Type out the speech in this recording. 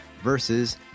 versus